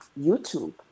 YouTube